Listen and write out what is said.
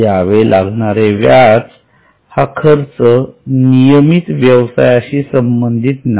द्यावे लागणारे व्याज हा खर्च नियमित व्यवसायाशी संबंधित नाही